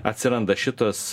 atsiranda šitas